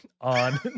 on